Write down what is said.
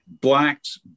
Blacks